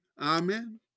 Amen